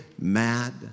mad